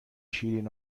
شیرین